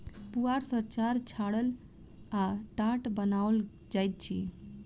पुआर सॅ चार छाड़ल आ टाट बनाओल जाइत अछि